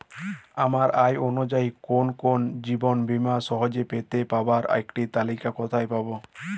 আমার আয় অনুযায়ী কোন কোন জীবন বীমা সহজে পেতে পারব তার একটি তালিকা কোথায় পাবো?